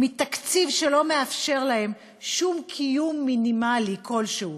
מתקציב שלא מאפשר להם שום קיום מינימלי כלשהו.